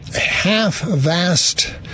half-vast